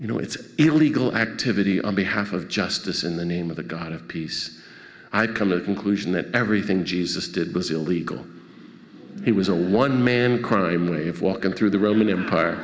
you know it's illegal activity on behalf of justice in the name of the god of peace i've come a conclusion that everything jesus did was illegal it was a one man crime wave walking through the roman empire